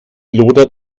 lodert